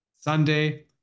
Sunday